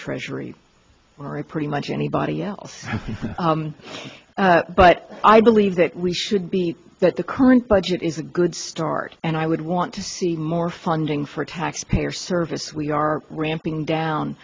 treasury or i pretty much anybody else but i believe that we should be that the current budget is a good start and i would want to see more funding for taxpayer service we are ramping down